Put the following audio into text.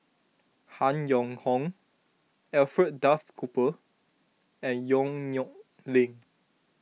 Han Yong Hong Alfred Duff Cooper and Yong Nyuk Lin